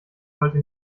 sollte